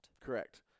Correct